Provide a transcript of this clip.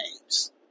names